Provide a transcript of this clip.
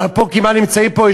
אנחנו נמצאים פה,